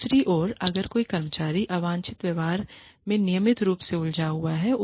दूसरी ओर अगर कोई कर्मचारी अवांछनीय व्यवहार में नियमित रूप से उलझा हुआ है